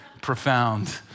profound